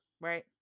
right